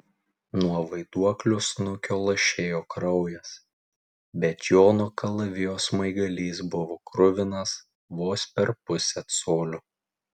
nuo vaiduoklio snukio lašėjo kraujas bet jono kalavijo smaigalys buvo kruvinas vos per pusę colio